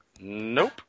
Nope